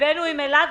ליבנו עם אילת.